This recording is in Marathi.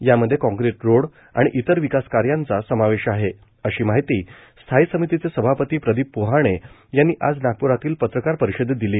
यामध्ये काँक्रीट रोड आणि इतर विकास कार्याचा समावेश आहे अशी माहिती स्थायी समितीचे सभापती प्रदीप पोहाणे यांनी आज नागप्रातील पत्रकार परिषदेत दिली